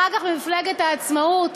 ואחר כך במפלגת עצמאות,